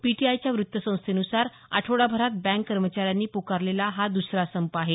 PTI वृत्तसंस्थेनुसार आठवडाभरात bank कर्मचाऱ्यांनी पुकारलेला हा दुसरा संप आहे